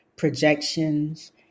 projections